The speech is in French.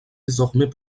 désormais